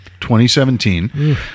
2017